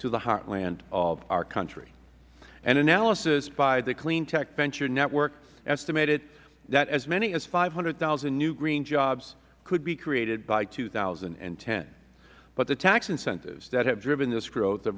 to the heartland of our country an analysis by the clean tech venture network estimated that as many as five hundred thousand new green jobs could be created by two thousand and ten but the tax incentives that have driven this g